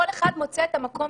כל אחד מוצא את המקום